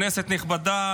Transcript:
כנסת נכבדה,